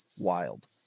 Wild